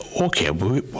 okay